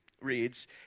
reads